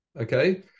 Okay